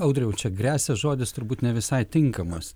audriau čia gresia žodis turbūt ne visai tinkamas